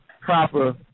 proper